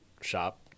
shop